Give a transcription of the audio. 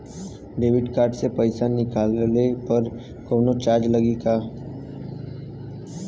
Debit card से पैसा निकलले पर कौनो चार्ज लागि का?